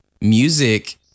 music